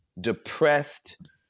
depressed